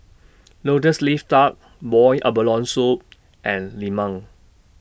Lotus Leaf Duck boiled abalone Soup and Lemang